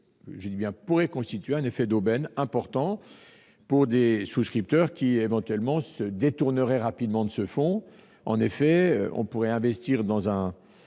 je dis bien pourrait -constituer un effet d'aubaine important pour des souscripteurs qui se détourneraient rapidement de ce fonds. En effet, on pourrait investir dans un